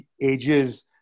ages